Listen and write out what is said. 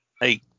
Hey